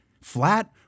flat